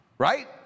right